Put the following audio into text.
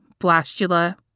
blastula